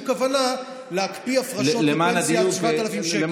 כוונה להקפיא הפרשות לפנסיה עד 7,000 שקל.